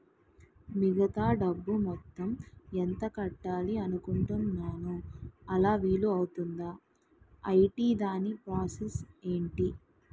మిగతా డబ్బు మొత్తం ఎంత కట్టాలి అనుకుంటున్నాను అలా వీలు అవ్తుంధా? ఐటీ దాని ప్రాసెస్ ఎంటి?